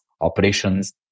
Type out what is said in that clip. operations